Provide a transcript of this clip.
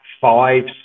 five